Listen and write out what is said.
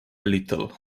little